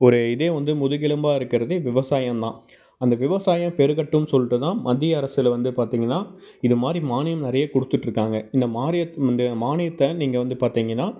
ஒரு இதே வந்து முதுகெலும்பாக இருக்கிறது விவசாயம் தான் அந்த விவசாயம் பெருகட்டும்னு சொல்லிட்டு தான் மத்திய அரசில் வந்து பார்த்தீங்கன்னா இது மாதிரி மானியம் நிறைய கொடுத்துட்ருக்காங்க இந்த மாரி இந்த மானியத்தை நீங்கள் வந்து பார்த்தீங்கன்னா